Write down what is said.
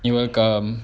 you're welcome